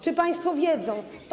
Czy państwo wiedzą?